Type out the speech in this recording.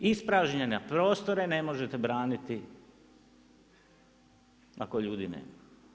Ispražnjene prostore ne možete braniti ako ljudi nema.